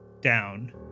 down